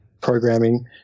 programming